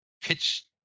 pitch